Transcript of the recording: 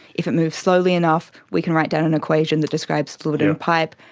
if it moves slowly enough we can write down an equation that describes fluid in a pipe.